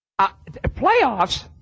Playoffs